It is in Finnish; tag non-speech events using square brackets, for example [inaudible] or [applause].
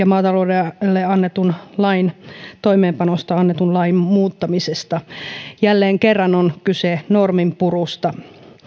[unintelligible] maataloudelle annetun lain ja toimeenpanosta annetun lain muuttamisesta jälleen kerran on kyse norminpurusta